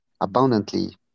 abundantly